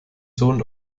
sohn